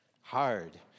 hard